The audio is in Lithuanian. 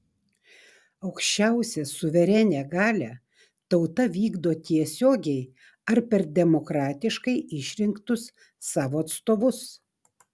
aukščiausią suverenią galią tauta vykdo tiesiogiai ar per demokratiškai išrinktus savo atstovus